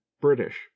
BRITISH